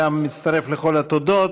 ואני גם מצטרף לכל התודות.